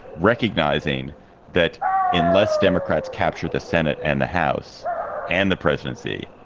recognizing that unless democrats capture the senate and the house and the presidency,